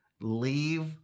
leave